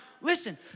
listen